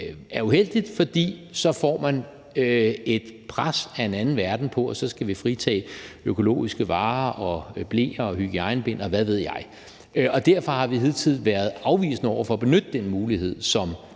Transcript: er uheldigt, fordi man så får et pres af en anden verden, for at vi skal fritage økologiske varer, bleer, hygiejnebind, og hvad ved jeg. Derfor har vi også hidtil været afvisende over for at benytte den mulighed, som